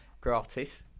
Gratis